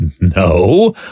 No